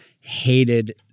hated